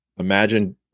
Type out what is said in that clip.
Imagine